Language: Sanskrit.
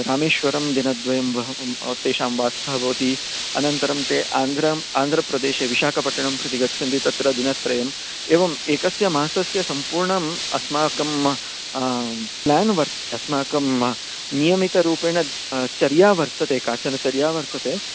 रामेश्वरं दिनद्वयं बहु तेषां वासः भवति अनन्तरं ते आन्ध्रम् आन्द्रप्रदेशे विशाकपट्टनं प्रति गच्छन्ति तत्र दिनत्रयम् एवम् एकस्य मासस्य सम्पूर्णम् अस्माकं प्लेन् वर्तते अस्माकं नियमितरूपेण चर्या वर्तते काचन चर्या वर्तते